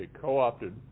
co-opted